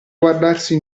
guardarsi